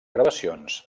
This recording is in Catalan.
gravacions